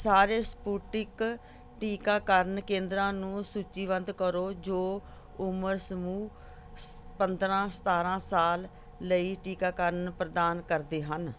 ਸਾਰੇ ਸਪੁਟਨਿਕ ਟੀਕਾਕਰਨ ਕੇਂਦਰਾਂ ਨੂੰ ਸੂਚੀਬੱਧ ਕਰੋ ਜੋ ਉਮਰ ਸਮੂਹ ਪੰਦਰਾਂ ਸਤਾਰਾਂ ਸਾਲ ਲਈ ਟੀਕਾਕਰਨ ਪ੍ਰਦਾਨ ਕਰਦੇ ਹਨ